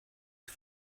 die